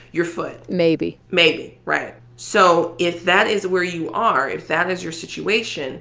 your foot maybe maybe, right. so if that is where you are if that is your situation